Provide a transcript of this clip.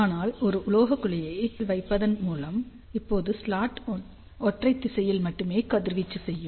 ஆனால் ஒரு உலோகக் கேவிடியின் பின்னால் வைப்பதன் மூலம் இப்போது ஸ்லாட் ஒற்றை திசையில் மட்டுமே கதிர்வீச்சு செய்யும்